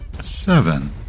Seven